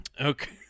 Okay